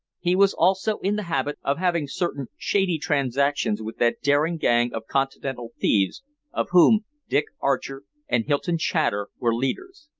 he was also in the habit of having certain shady transactions with that daring gang of continental thieves of whom dick archer and hylton chater were leaders.